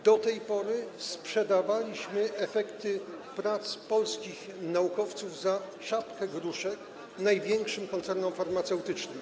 Do tej pory sprzedawaliśmy efekty prac polskich naukowców za czapkę gruszek największym koncernom farmaceutycznym.